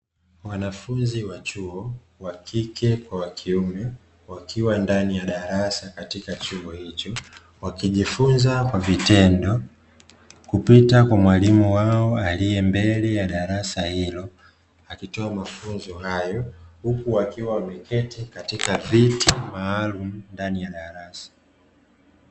Wanafunzi wa chuo wa kike kwa wa kiume wakiwa ndani ya darasa katika chuo hicho, wakijifunza kwa vitendo kupitia kwa mwalimu wao aliye mbele ya darasa hilo akitoa mafunzo hayo huku wakiwa wameketi katika viti maalum ndani ya darasa.